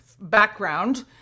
background